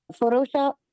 Photoshop